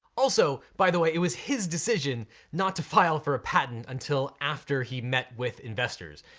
also, by the way, it was his decision not to file for a patent until after he met with investors.